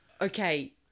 Okay